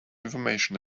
information